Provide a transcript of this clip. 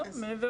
לא.